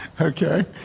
Okay